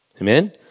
Amen